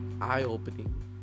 eye-opening